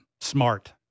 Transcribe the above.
Smart